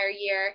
year